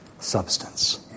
Substance